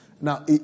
Now